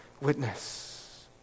witness